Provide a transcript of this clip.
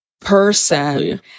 person